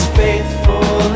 faithful